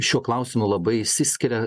šiuo klausimu labai išsiskiria